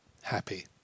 happy